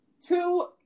Two